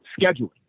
scheduling